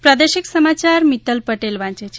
પ્રાદેશિક સમાયાર મિત્તલ પટેલ વાંચે છે